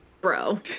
Bro